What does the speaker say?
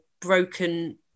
broken